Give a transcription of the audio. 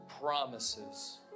promises